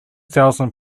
thousand